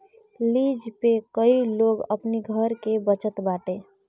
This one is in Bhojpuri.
लिज पे कई लोग अपनी घर के बचत बाटे